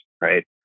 right